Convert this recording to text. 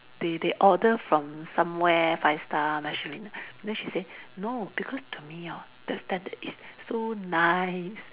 they they order from somewhere five star Michelin then she say no because to me hor the standard is so nice